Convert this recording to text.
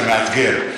זה מאתגר.